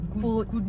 good